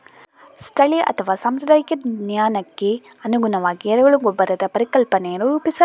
ಸ್ಥಳೀಯ ಅಥವಾ ಸಾಂಪ್ರದಾಯಿಕ ಜ್ಞಾನಕ್ಕೆ ಅನುಗುಣವಾಗಿ ಎರೆಹುಳ ಗೊಬ್ಬರದ ಪರಿಕಲ್ಪನೆಯನ್ನು ರೂಪಿಸಲಾಗಿದೆ